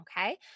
okay